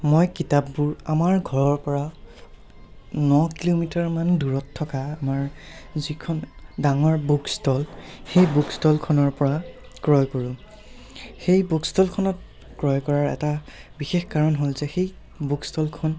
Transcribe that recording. মই কিতাপবোৰ আমাৰ ঘৰৰপৰা ন কিলোমিটাৰমান দূৰত থকা আমাৰ যিখন ডাঙৰ বুক ষ্টল সেই বুক ষ্টলখনৰপৰা ক্ৰয় কৰোঁ সেই বুক ষ্টলখনত ক্ৰয় কৰাৰ এটা বিশেষ কাৰণ হ'ল যে সেই বুক ষ্টলখন